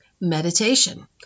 Meditation